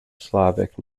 slovak